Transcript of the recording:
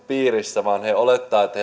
piirissä vaan he olettavat että